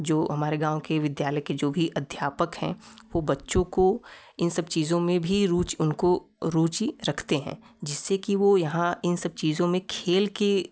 जो हमारे गाँव के विद्यालय के जो भी अध्यापक हैं वो बच्चों को इन सब चीज़ों में भी रुचि उनको रुचि रखते हैं जिससे कि वो यहाँ इन सब चीज़ों में खेल के